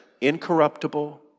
incorruptible